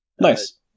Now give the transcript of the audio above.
Nice